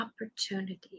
opportunity